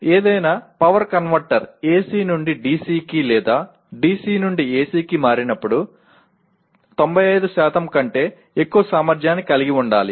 ఏదైనా power converter AC నుండి DC కి లేదా DC నుండి AC కి మారినప్పుడు 95 కంటే ఎక్కువ సామర్థ్యాన్ని కలిగి ఉండాలి